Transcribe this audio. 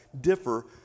differ